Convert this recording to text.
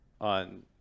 on